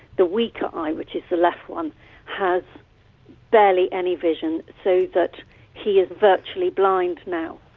the weaker eye which is the left one has barely any vision, so that he is virtually blind now.